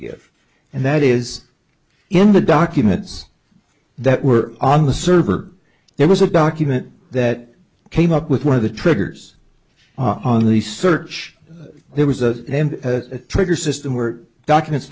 give and that is in the documents that were on the server there was a document that came up with one of the triggers on the search there was a trigger system where documents